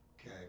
okay